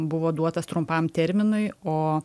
buvo duotas trumpam terminui o